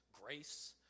grace